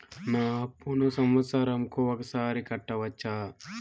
నా అప్పును సంవత్సరంకు ఒకసారి కట్టవచ్చా?